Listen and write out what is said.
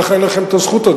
כך אין לכם הזכות.